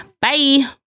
bye